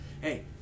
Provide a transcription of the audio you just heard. hey